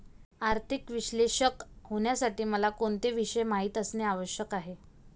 आर्थिक विश्लेषक होण्यासाठी मला कोणते विषय माहित असणे आवश्यक आहे?